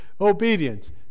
obedience